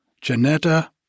Janetta